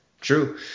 true